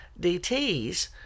DTs